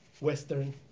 Western